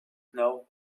know